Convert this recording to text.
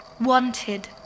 Wanted